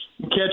catch